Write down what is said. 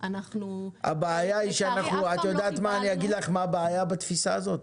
אני אגיד לך מה הבעיה בתפיסה הזאת?